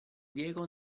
diego